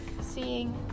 seeing